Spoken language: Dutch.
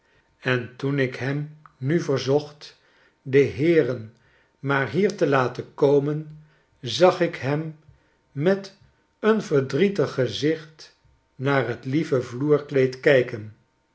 en toen ik hem nu verzocht de heeren maar hier te laten komen zag ik hem met een verdrietig gezicht naar t lieve vloerkleed kijken